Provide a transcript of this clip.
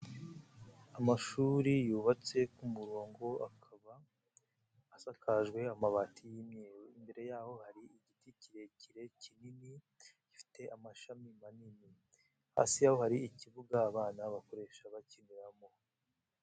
Amashuri yubatse ku murongo akaba asakajwe amabati y'imyeru, imbere yaho hari igiti kirekire kinini gifite amashami manini. Hasi yaho hari ikibuga abana bakoresha bakiniramo.